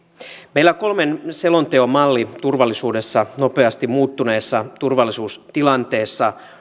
meillä kolmen selonteon malli turvallisuudessa nopeasti muuttuneessa turvallisuustilanteessa